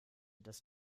das